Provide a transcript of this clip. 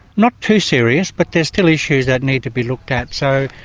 not too serious, but they're still issues that need to be looked at, so,